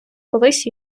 колись